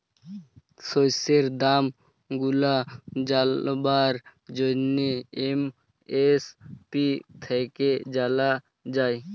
শস্যের দাম গুলা জালবার জ্যনহে এম.এস.পি থ্যাইকে জালা যায়